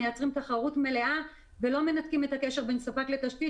מייצרים תחרות מלאה ולא מנתקים את הקשר בין ספק לתשתית,